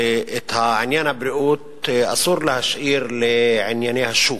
שאת עניין הבריאות אסור להשאיר לענייני השוק,